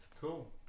cool